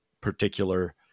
particular